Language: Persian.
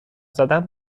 زدن